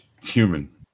human